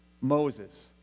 Moses